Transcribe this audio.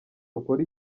ukora